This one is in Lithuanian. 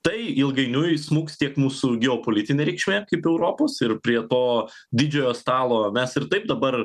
tai ilgainiui smuks tiek mūsų geopolitinė reikšmė kaip europos ir prie to didžiojo stalo mes ir taip dabar